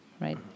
right